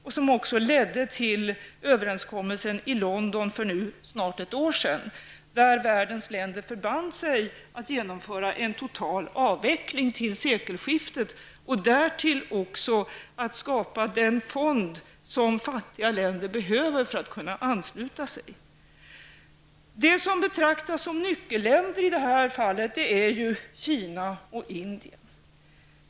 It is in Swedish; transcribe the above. Det ledde också till överenskommelsen i London för snart ett år sedan där världens länder förband sig att genomföra en total avveckling till sekelskiftet. Man beslöt också att skapa den fond som fattiga länder behöver för att kunna ansluta sig. Kina och Indien betraktas ju som nyckelländer i detta fall.